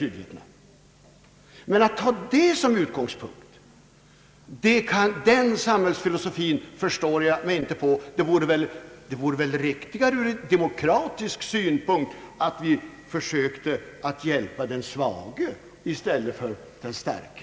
Att utrikesministern tar detta som utgångspunkt för sitt handlande förstår jag inte. Den samhällsfilosofin förstår jag mig inte på. Det vore väl från demokratisk synpunkt riktigare att vi försökte hjälpa den svage i stället för den starke.